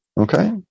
Okay